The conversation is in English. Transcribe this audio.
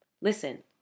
Listen